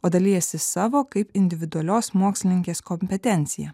o dalijasi savo kaip individualios mokslininkės kompetencija